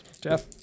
jeff